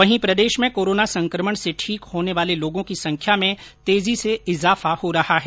वहीं प्रदेश में कोरोना संकमण से ठीक होने वाले लोगों की संख्या में तेजी से इजाफा हो रहा है